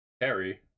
Harry